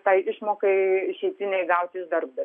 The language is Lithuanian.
tai išmokai išeitinei gauti iš darbdavio